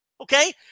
Okay